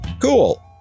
cool